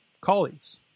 colleagues